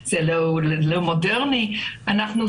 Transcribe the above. זה